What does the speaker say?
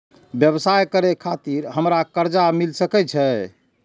व्यवसाय करे खातिर हमरा कर्जा मिल सके छे?